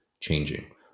changing